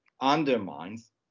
undermines